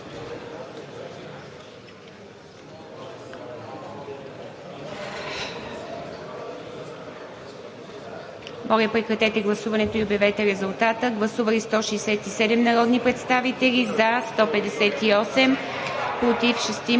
Моля, прекратете гласуването и обявете резултата. Гласували 195 народни представители: за 185,